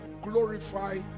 glorify